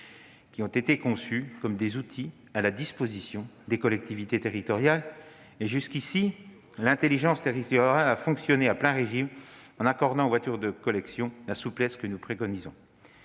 faibles émissions comme des outils à la disposition des collectivités territoriales. Jusqu'à maintenant, l'intelligence territoriale a fonctionné à plein régime en accordant aux voitures de collection la souplesse que nous préconisons.